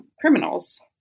criminals